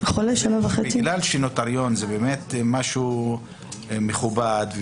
בגלל שנוטריון זה משהו מכובד,